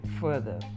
further